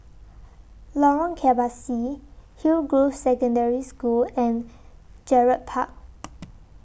Lorong Kebasi Hillgrove Secondary School and Gerald Park